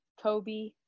Kobe